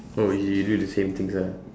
oh you do the same things ah